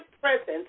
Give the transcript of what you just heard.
presence